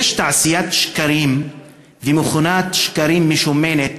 יש תעשיית שקרים ומכונת שקרים משומנת